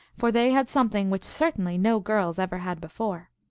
for they had something which certainly no girls ever had before.